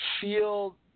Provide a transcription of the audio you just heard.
feel